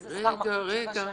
איזה שר מחליט שבע שנים?